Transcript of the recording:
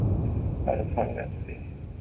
ꯐꯔꯦ ꯐꯔꯦ ꯑꯗꯨꯗꯤ